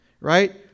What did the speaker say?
right